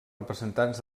representants